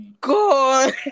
God